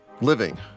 living